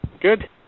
Good